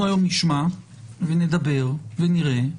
אנחנו היום נשמע ונדבר ונראה.